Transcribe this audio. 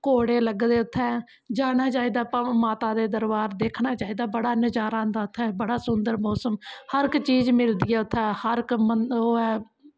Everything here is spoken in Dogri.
घोड़े लग्गे दे उत्थें जाना चाहिदा भ माता दे दरबार दिक्खना चाहिदा बड़ा नज़ारा आंदा उत्थै बड़ा सुन्दर मोसम हर इक चीज़ मिलदी ऐ उत्थें हर इक मन ओह् ऐ